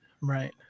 Right